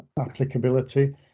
applicability